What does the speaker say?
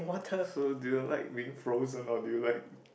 so do you like being frozen or do you like